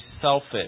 selfish